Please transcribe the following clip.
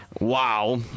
Wow